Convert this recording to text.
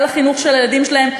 על החינוך של הילדים שלהם,